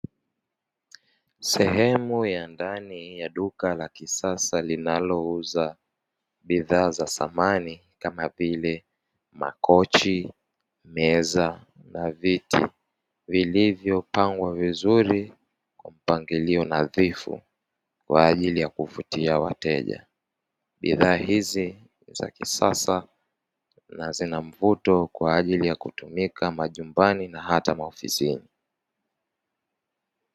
Sehemu ya ndani ya duka la kisasa linalo uza bidhaa za samani kama vile makochi, meza na viti, vilivyopangwa vizuri mpangilio nadhifu kwa ajili ya kuvutia wateja. Bidhaa hizi za kisasa na zina mvuto kwa ajili ya kutumika majumbani na hata maofisini.